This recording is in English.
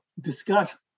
discuss